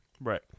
Right